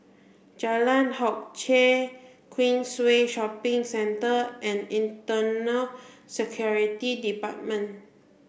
Jalan Hock Chye Queensway Shopping Centre and Internal Security Department